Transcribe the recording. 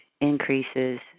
increases